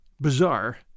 bizarre